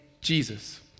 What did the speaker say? Jesus